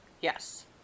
Yes